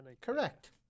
Correct